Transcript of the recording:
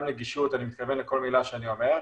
נגישות אני מתכוון לכל מילה שאני אומר.